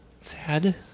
Sad